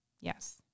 Yes